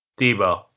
Debo